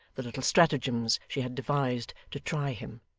the little stratagems she had devised to try him,